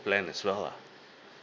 plan as well lah